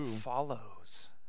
Follows